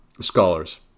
scholars